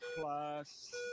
plus